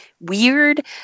weird